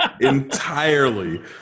entirely